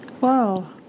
wow